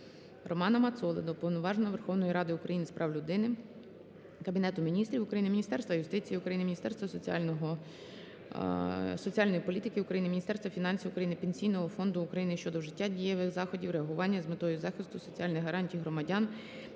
Романа Мацоли до Уповноваженого Верховної Ради України з прав людини, Кабінету Міністрів України, Міністерства юстиції України, Міністерства соціальної політики України, Міністерства фінансів України, Пенсійного фонду України щодо вжиття дієвих заходів реагування з метою захисту соціальних гарантій громадян,